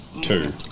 Two